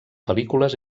pel·lícules